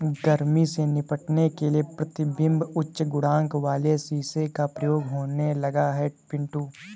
गर्मी से निपटने के लिए प्रतिबिंब उच्च गुणांक वाले शीशे का प्रयोग होने लगा है पिंटू